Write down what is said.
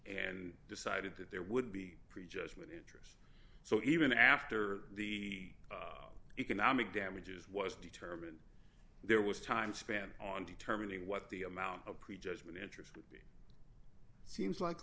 and decided that there would be pre judgment interest so even after the economic damages was determined there was time span on determining what the amount of pre judgment interest it seems like a